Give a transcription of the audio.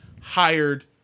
hired